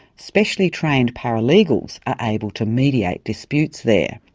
specially trained paralegals are able to mediate disputes there.